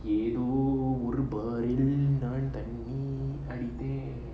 ஏதோ ஒரு பாரில் நான் தண்ணி அடித்தேன்:yetho oru baaril naan thanni adithen